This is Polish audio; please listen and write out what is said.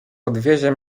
podwiezie